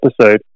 episode